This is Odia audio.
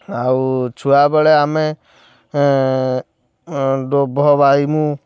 ଆଉ ଛୁଆବେଳେ ଆମେ ଡୋଭ ବାହିମୁ